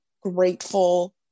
grateful